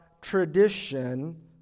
tradition